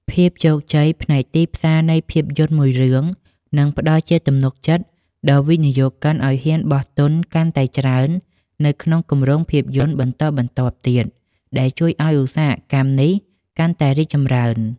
ភាពជោគជ័យផ្នែកទីផ្សារនៃភាពយន្តមួយរឿង នឹងផ្ដល់ជាទំនុកចិត្តដល់វិនិយោគិនឱ្យហ៊ានបោះទុនកាន់តែច្រើននៅក្នុងគម្រោងភាពយន្តបន្តបន្ទាប់ទៀតដែលជួយឱ្យឧស្សាហកម្មនេះកាន់តែរីកចម្រើន។